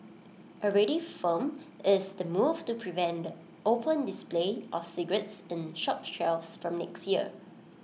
already firm is the move to prevent the open display of cigarettes in shop shelves from next year